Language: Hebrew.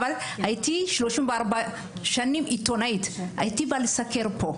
הייתי עיתונאית 34 שנים והייתי באה לסקר כאן.